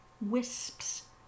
wisps